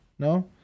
No